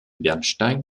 bernstein